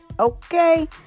Okay